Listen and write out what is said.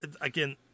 again